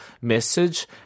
message